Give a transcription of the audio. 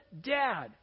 dad